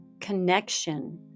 connection